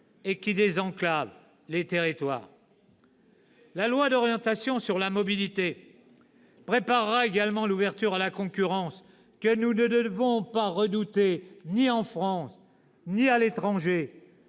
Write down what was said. qui désenclavent les territoires. « La loi d'orientation sur la mobilité préparera également l'ouverture à la concurrence, que nous ne devons pas redouter, ni en France ni à l'étranger.